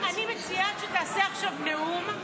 אני מציעה שנעשה עכשיו נאום,